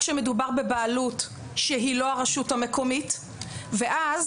כשמדובר בבעלות שהיא לא הרשות המקומית ואז,